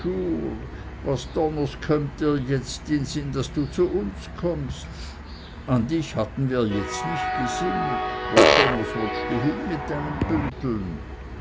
was donners kömmt dir jetzt in sinn daß du zu uns kommst an dich hätten wir jetzt nicht gesinnet wo donners wottst du hin mit deinen bünteln